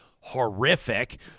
horrific